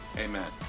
Amen